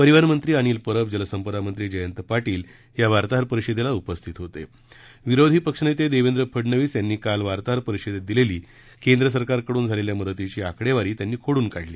परिवहन मंत्री अनिल परब जलसंपदा मंत्री जयंत पाटील या वार्ताहर परिषदेला उपस्थित होते विरोधी पक्षनेते देवेंद्र फडनवीस यांनी काल वार्ताहर परिषदेत दिलेली केंद्र सरकारच्या मदतीची आकडेवारी त्यांनी खोडून काढली